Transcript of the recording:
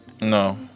No